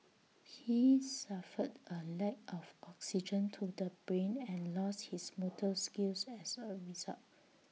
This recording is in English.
he suffered A lack of oxygen to the brain and lost his motor skills as A result